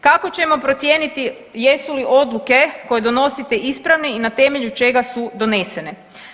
Kako ćemo procijeniti jesu li odluke koje donosite ispravne i na temelju čega su donesene?